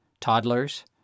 toddlers